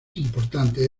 importante